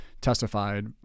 testified